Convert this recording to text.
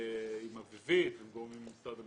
עם אביבית ועם גורמים במשרד המשפטים,